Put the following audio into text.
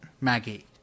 Maggie